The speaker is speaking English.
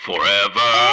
Forever